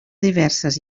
diverses